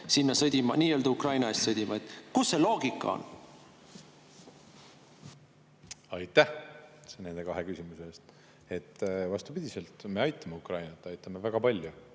sinna sõdima, nii-öelda Ukraina eest sõdima. Kus siin loogika on? Aitäh nende kahe küsimuse eest! Vastupidi, me aitame Ukrainat, aitame väga palju.